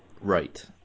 Right